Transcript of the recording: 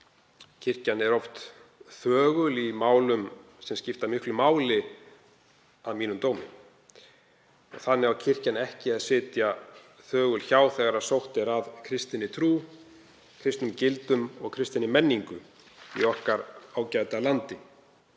Kirkjan er oft þögul í málum sem skipta miklu máli að mínum dómi. Þannig á kirkjan ekki sitja þögul hjá þegar sótt er að kristinni trú, kristnum gildum og kristinni menningu í okkar ágæta landi.